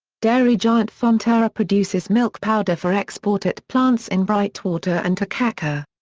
dairy giant fonterra produces milk powder for export at plants in brightwater and takaka.